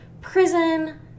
prison